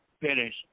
finish